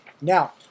now